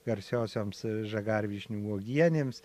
garsiosioms žagarvyšnių uogienėms